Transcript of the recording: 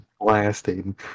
blasting